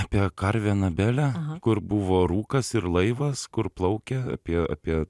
apie karvę anabelę kur buvo rūkas ir laivas kur plaukia apie apie